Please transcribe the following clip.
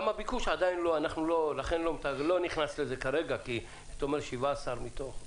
גם הביקוש עדין לכן אני לא נכנס לזה כרגע כי אתה אומר 17 מתוך -- לא,